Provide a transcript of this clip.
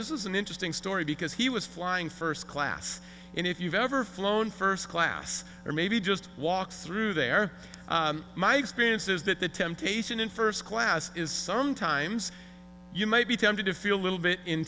this is an interesting story because he was flying first class and if you've ever flown first class or maybe just walked through there my experience is that the temptation in first class is sometimes you might be tempted to feel a little bit